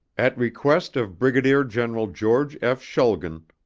at request of brigadier general george f. schulgen,